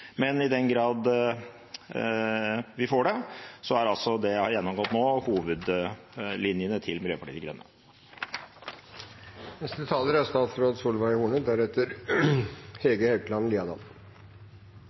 men i den grad vi får det, er det jeg har gjennomgått nå, hovedlinjene til Miljøpartiet De Grønne.